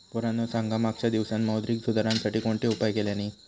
पोरांनो सांगा मागच्या दिवसांत मौद्रिक सुधारांसाठी कोणते उपाय केल्यानी?